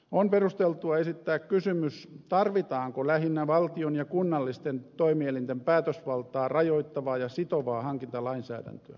on perusteltua esittää kysymys tarvitaanko lähinnä valtion ja kunnallisten toimielinten päätösvaltaa rajoittavaa ja sitovaa hankintalainsäädäntöä